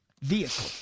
vehicle